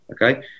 okay